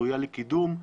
ראויה לקידום.